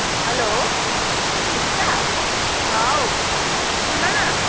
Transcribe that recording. hello निजुसा सुन न